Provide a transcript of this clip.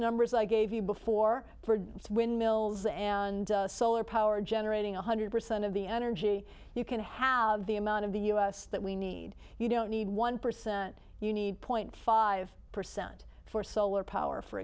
numbers i gave you before for windmills and solar power generating one hundred percent of the energy you can have the amount of the us that we need you don't need one percent you need point five percent for solar power for